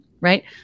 Right